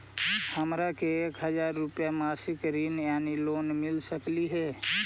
हमरा के एक हजार रुपया के मासिक ऋण यानी लोन मिल सकली हे?